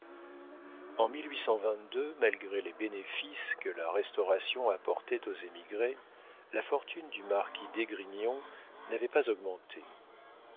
en malgré les bénéfices que la restauration apportait aux émigrés la fortune du marquis d'esgrignon n'avait pas augmenté